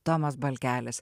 tomas balkelis